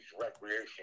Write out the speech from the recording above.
recreation